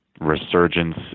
resurgence